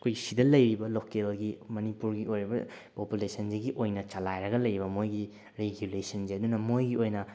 ꯑꯩꯈꯣꯏ ꯁꯤꯗ ꯂꯩꯔꯤꯕ ꯂꯣꯀꯦꯜꯒꯤ ꯃꯅꯤꯄꯨꯔꯒꯤ ꯑꯣꯏꯔꯤꯕ ꯄꯣꯄꯨꯂꯦꯁꯟꯁꯤꯒꯤ ꯑꯣꯏꯅ ꯆꯂꯥꯏꯔꯒ ꯂꯩꯑꯕ ꯃꯣꯏꯒꯤ ꯒꯤꯒꯨꯂꯦꯁꯟꯁꯦ ꯑꯗꯨꯅ ꯃꯣꯏꯒꯤ ꯑꯣꯏꯅ